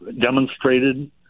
demonstrated